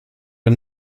are